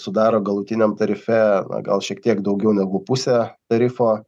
sudaro galutiniam tarife na gal šiek tiek daugiau negu pusę tarifo